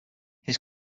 his